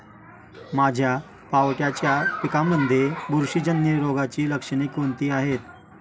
माझ्या पावट्याच्या पिकांमध्ये बुरशीजन्य रोगाची लक्षणे कोणती आहेत?